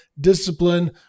discipline